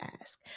ask